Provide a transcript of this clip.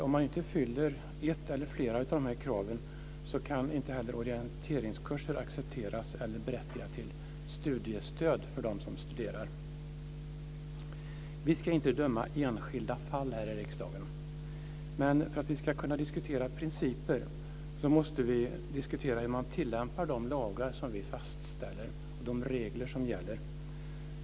Om man inte fyller ett eller flera av de här kraven kan inte heller orienteringskurser accepteras eller berättiga till studiestöd för dem som studerar. Vi ska här i riksdagen inte döma i enskilda fall, men för att vi ska kunna diskutera principer måste vi gå in på hur man tillämpar de lagar som vi fastställer och de regler som gäller.